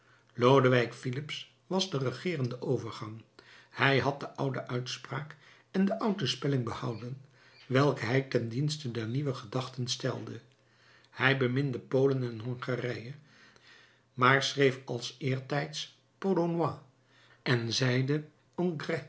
lodewijk filips was de regeerende overgang hij had de oude uitspraak en de oude spelling behouden welke hij ten dienste der nieuwe gedachten stelde hij beminde polen en hongarije maar schreef als eertijds polonois en zeide